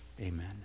amen